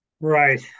Right